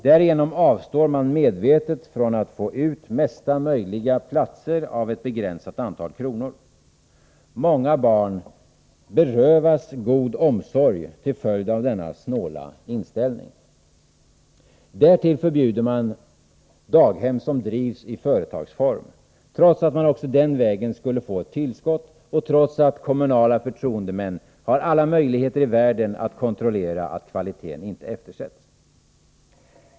Därigenom avstår man medvetet från att få ut största möjliga antal platser av ett begränsat antal kronor. Många barn berövas god omsorg till följd av denna snåla inställning. Därtill förbjuder man daghem som drivs i företagsform, trots att man också den vägen skulle få ett tillskott och trots att kommunala förtroendemän har alla möjligheter i världen att kontrollera att kvaliteten inte eftersätts.